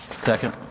Second